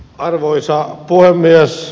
arvoisa puhemies